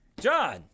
John